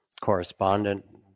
correspondent